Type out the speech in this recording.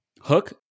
Hook